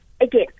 again